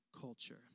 culture